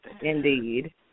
indeed